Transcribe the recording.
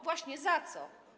Właśnie, za co?